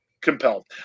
compelled